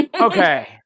Okay